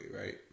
right